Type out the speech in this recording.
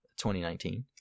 2019